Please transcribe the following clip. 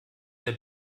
der